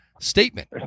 statement